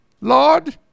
Lord